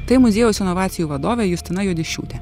tai muziejaus inovacijų vadovė justina juodišiūtė